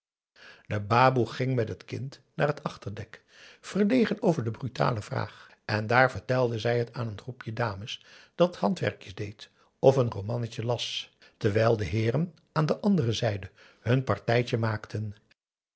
de baboe ging met het kind naar het achterdek aum boe akar eel verlegen over de brutale vraag en daar vertelde zij het aan t groepje dames dat handwerkjes deed of n romannetje las terwijl de heeren aan de andere zijde hun partijtje maakten